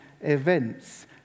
events